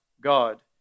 God